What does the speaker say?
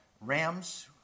rams